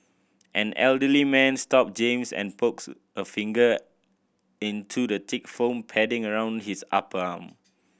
an elderly man stop James and pokes a finger into the thick foam padding around his upper arm